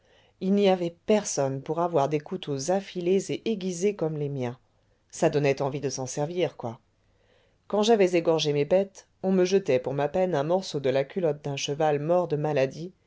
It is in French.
il n'y avait personne pour avoir des couteaux affilés et aiguisés comme les miens ça donnait envie de s'en servir quoi quand j'avais égorgé mes bêtes on me jetait pour ma peine un morceau de la culotte d'un cheval mort de maladie